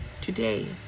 today